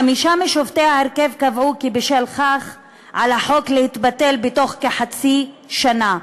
חמישה משופטי ההרכב קבעו כי בשל כך על החוק להתבטל בתוך כחצי שנה.